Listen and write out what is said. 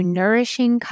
nourishing